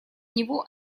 него